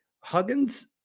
Huggins